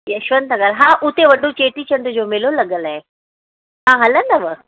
यशवंत नगर हा हुते वॾो चेटी चंड जो मेलो लॻलि आहे तव्हां हलंदव